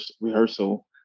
rehearsal